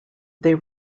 they